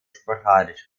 sporadisch